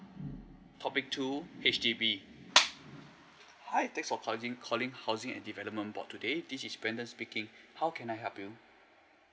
topic two H_D_B hi thanks for calling calling housing and development board today this is brandon speaking how can I help you